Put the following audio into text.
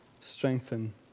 strengthen